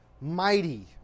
mighty